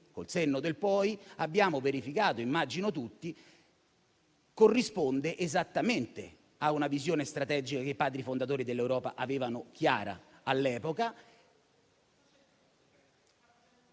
Col senno di poi abbiamo verificato, immagino tutti, che ciò corrisponde esattamente a una visione strategica che i Padri fondatori dell'Europa avevano chiara all'epoca…